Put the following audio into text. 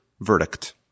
verdict